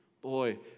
Boy